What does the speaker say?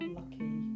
lucky